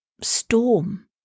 storm